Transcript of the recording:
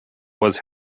was